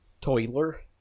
toiler